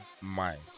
mind